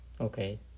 okay